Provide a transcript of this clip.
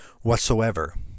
whatsoever